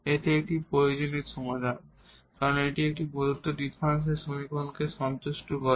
এটি একটি প্রয়োজনীয় সমাধান কারণ এটি প্রদত্ত ডিফারেনশিয়াল সমীকরণকে সন্তুষ্ট করবে